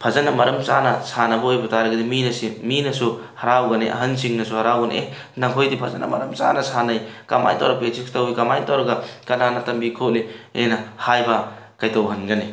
ꯐꯖꯅ ꯃꯔꯝ ꯆꯥꯅ ꯁꯥꯟꯅꯕ ꯑꯣꯏꯕ ꯇꯔꯒꯗꯤ ꯃꯤꯅꯁꯨ ꯍꯔꯥꯎꯒꯅꯤ ꯑꯍꯟꯁꯤꯡꯅꯁꯨ ꯍꯔꯥꯎꯒꯅꯤ ꯑꯦ ꯅꯈꯣꯏꯗꯤ ꯐꯖꯅ ꯃꯔꯝ ꯆꯥꯅ ꯁꯥꯟꯅꯩ ꯀꯃꯥꯏ ꯇꯧꯔꯒ ꯄ꯭ꯔꯦꯛꯇꯤꯁ ꯇꯧꯔꯒ ꯀꯃꯥꯏ ꯇꯧꯔꯒ ꯀꯥꯟꯅꯅ ꯇꯝꯕꯤ ꯈꯣꯠꯂꯤꯅ ꯍꯥꯏꯕ ꯀꯩꯗꯧꯍꯟꯒꯅꯤ